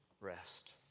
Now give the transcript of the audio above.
rest